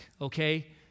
okay